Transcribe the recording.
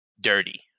dirty